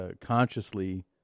consciously